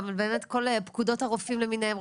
באמת על כל פקודות הרופאים למיניהם,